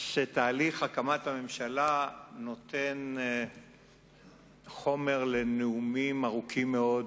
שתהליך הקמת הממשלה נותן חומר לנאומים ארוכים מאוד,